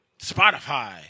Spotify